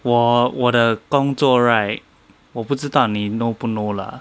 我我的工作 right 我不知道你 know 不 know lah